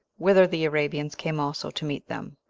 whither the arabians came also to meet them,